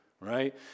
right